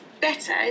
better